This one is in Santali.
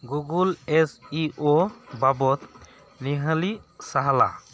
ᱜᱩᱜᱳᱞ ᱮᱥ ᱤ ᱳ ᱵᱟᱵᱚᱫᱽ ᱱᱮ ᱦᱟᱹᱞᱤ ᱥᱟᱞᱦᱟ